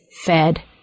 fed